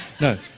no